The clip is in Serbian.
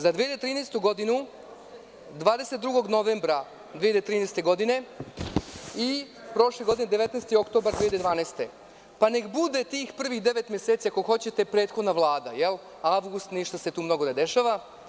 Za 2013. godinu 22. novembra 2013. godine i prošle godine 19. oktobra 2012. godine, pa nek bude tih prvih devet meseci ako hoćete prethodna Vlada, avgust ništa se tu mnogo ne dešava.